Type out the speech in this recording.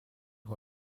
who